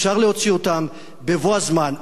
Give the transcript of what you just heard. אפשר להוציא אותם בבוא הזמן,